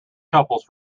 couples